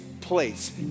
place